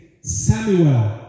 Samuel